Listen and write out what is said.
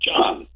John